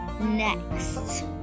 next